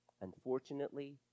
Unfortunately